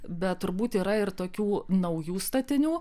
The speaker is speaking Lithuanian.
bet turbūt yra ir tokių naujų statinių